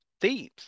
themes